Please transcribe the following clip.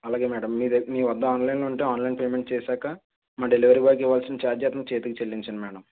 అలాగే మ్యాడమ్ మీరే మీ వద్ద ఆన్లైన్లో ఉంటే ఆన్లైన్ పేమెంట్ చేశాక మా డెలివరీ బాయ్కి ఇవ్వాల్సిన ఛార్జీ అతని చేతికి చెల్లించండి మ్యాడమ్